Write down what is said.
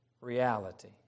reality